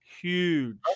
Huge